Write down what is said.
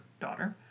daughter